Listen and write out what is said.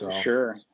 Sure